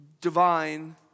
divine